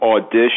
audition